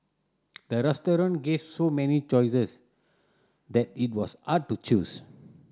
the restaurant gave so many choices that it was hard to choose